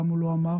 למה הוא לא אמר.